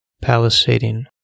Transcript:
palisading